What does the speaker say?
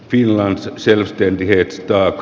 illan selespeed jitzhak